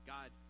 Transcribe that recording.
God